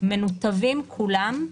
מנותבים כולם.